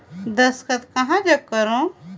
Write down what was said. दस्खत कहा जग करो?